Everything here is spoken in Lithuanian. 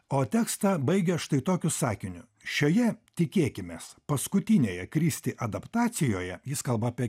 o tekstą baigė štai tokiu sakiniu šioje tikėkimės paskutinėje kristi adaptacijoje jis kalba apie